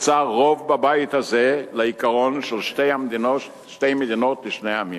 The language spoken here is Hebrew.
נוצר רוב בבית הזה לעיקרון של שתי מדינות לשני העמים.